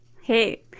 hey